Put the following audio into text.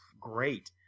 great